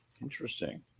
interesting